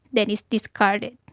then it is discarded.